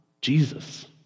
Jesus